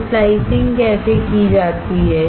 तो स्लाइसिंग कैसे की जाती है